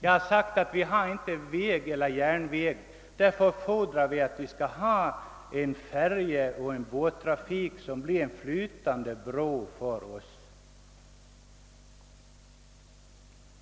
Jag har sagt att vi varken har väg eller landsväg. Därför fordrar vi att få en färjeoch båttrafik som blir en flytande bro för oss.